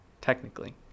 Technically